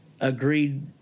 agreed